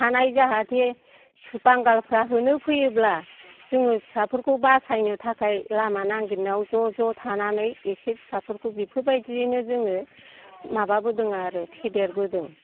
थानाय जाहाथे बांगालफ्रा होनो फैयोब्ला जोङो फिसाफोरखौ बासायनो थाखाय लामा नागिरनायाव ज' ज' थानानै एसे फिसाफोरखौ बेफोरबायदियैनो जोङो माबाबोदों आरो फेदेरबोदों